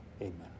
amen